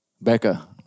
Becca